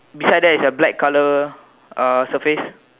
beside there is a black colour surface